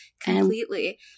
Completely